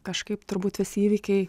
kažkaip turbūt visi įvykiai